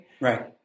Right